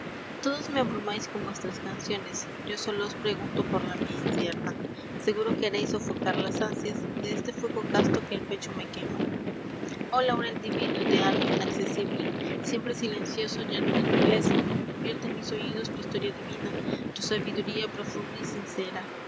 odos me abrumáis con vuestras canciones sólo os pregunto por la mía incierta lnguno queréis sofocar las ansias e este fuego casto ue el pecho me quema h laurel divino de alma inaccesible einpre silencioso y no de nobleza y efte en mis oídos tu historia divina sabiduría profunda y sincera